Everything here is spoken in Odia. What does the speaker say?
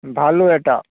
ଭାଲୁ ଏଇଟା